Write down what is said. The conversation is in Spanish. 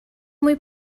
muy